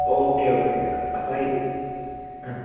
okay okay അപ്പോൾ ഈ